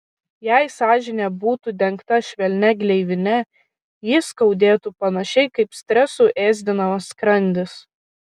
jei sąžinė būtų dengta švelnia gleivine ji skaudėtų panašiai kaip stresų ėsdinamas skrandis